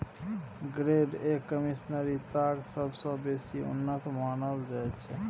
grade A Kashmiri ताग सबसँ बेसी उन्नत मानल जाइ छै